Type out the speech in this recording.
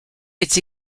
its